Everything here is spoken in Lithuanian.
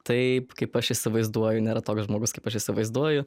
taip kaip aš įsivaizduoju nėra toks žmogus kaip aš įsivaizduoju